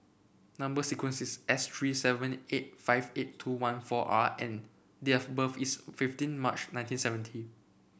number sequence is S three seven eight five eight two one four R and date of birth is fifteen March nineteen seventy